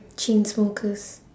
chainsmokers